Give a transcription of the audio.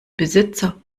besitzer